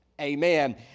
amen